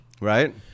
Right